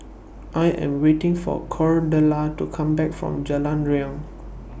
I Am waiting For Cordella to Come Back from Jalan Riang